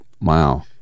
Wow